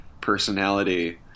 personality